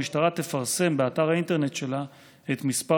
המשטרה תפרסם באתר האינטרנט שלה את מספר